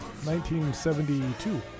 1972